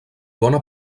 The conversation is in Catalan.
bona